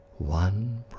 One